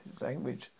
language